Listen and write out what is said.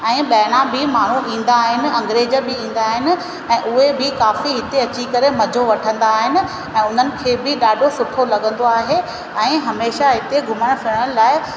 ऐं ॿाहिरां बि माण्हू ईंदा आहिनि अंग्रेज बि ईंदा आहिनि ऐं उहे बि काफ़ी हिते अची करे मज़ो वठंदा आहिनि ऐं उन्हनि खे बि ॾाढो सुठो लॻंदो आहे ऐं हमेशह हिते घुमण फिरण लाइ